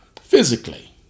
physically